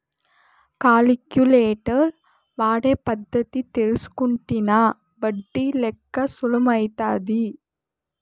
calculator వాడే పద్ధతి తెల్సుకుంటినా ఒడ్డి లెక్క సులుమైతాది